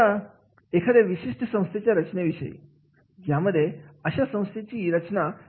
आता एखाद्या विशिष्ट संस्थेच्या रचनेविषयी यामध्ये अशा संस्थेची रचना कशी झालेली आहे